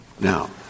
Now